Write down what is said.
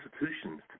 institutions